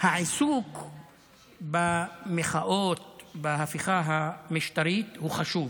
העיסוק במחאות, בהפיכה המשטרית, הוא חשוב,